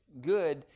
good